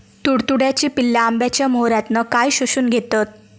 तुडतुड्याची पिल्ला आंब्याच्या मोहरातना काय शोशून घेतत?